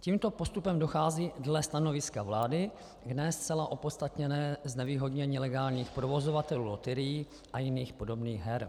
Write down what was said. Tímto postupem dochází dle stanoviska vlády k ne zcela opodstatněnému znevýhodnění legálních provozovatelů loterií a jiných podobných her.